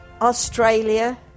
Australia